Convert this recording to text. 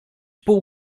pół